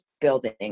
building